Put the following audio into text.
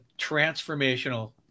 transformational